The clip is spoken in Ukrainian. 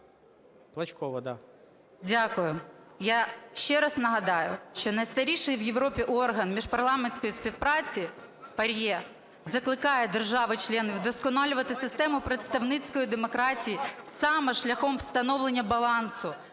Дякую. Я ще раз нагадаю, що найстаріший в Європі орган міжпарламентської співпраці ПАРЄ закликає держав-членів вдосконалювати систему представницької демократії саме шляхом встановлення балансу